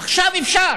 עכשיו אפשר,